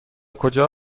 کجا